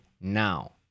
Now